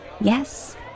Yes